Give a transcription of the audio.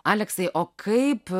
aleksai o kaip